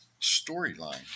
storyline